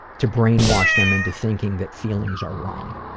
to brainwash them into thinking that feelings are wrong.